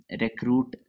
recruit